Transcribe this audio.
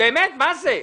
אחריות שלי.